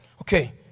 Okay